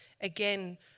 again